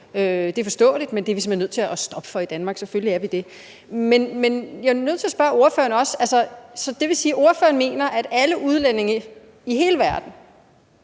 Det er forståeligt, men det er vi simpelt hen nødt til at stoppe for i Danmark – selvfølgelig er vi det. Jeg er nødt til at spørge ordføreren om noget: Mener ordføreren, at alle udlændinge i hele verden